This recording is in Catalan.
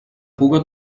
puga